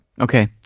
Okay